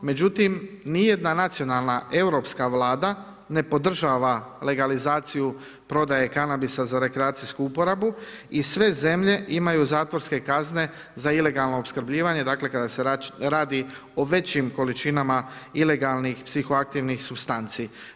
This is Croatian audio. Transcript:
Međutim, ni jedna nacionalna europska vlada ne podržava legalizaciju prodaje kanabisa za rekreacijsku uporabu i sve zemlje imaju zatvorske kazne za ilegalno opskrbljivanje, dakle kada se radi o većim količinama ilegalnih psihoaktivnih supstanci.